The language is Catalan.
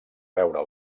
veure